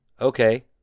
Okay